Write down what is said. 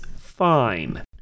fine